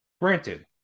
Granted